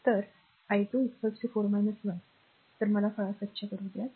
तर i2 4 1 तर फक्त मला ते स्वच्छ करू द्या तर